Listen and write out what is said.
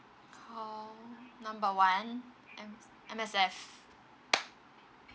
call number one M M_S_F